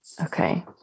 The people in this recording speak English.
okay